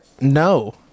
No